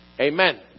Amen